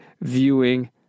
viewing